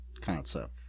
concept